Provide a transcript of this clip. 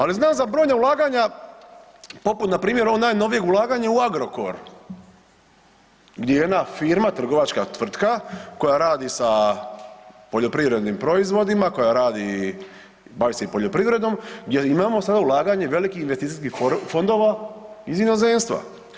Ali znam za brojna ulaganja poput npr. ovog najnovijeg ulaganja u Agrokor gdje je jedna firma, trgovačka tvrtka koja radi sa poljoprivrednim proizvodima, koja radi bavi se i poljoprivredom gdje imamo sada ulaganje velikih investicijskih fondova iz inozemstva.